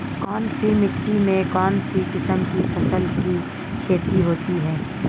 कौनसी मिट्टी में कौनसी किस्म की फसल की खेती होती है?